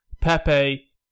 Pepe